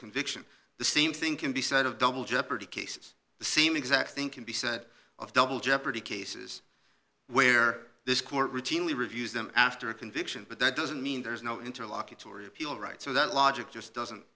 conviction the same thing can be said of double jeopardy cases the same exact thing can be said of double jeopardy cases where this court routinely reviews them after a conviction but that doesn't mean there's no interlocutory appeal right so that logic just doesn't